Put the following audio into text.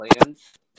plans